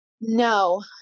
No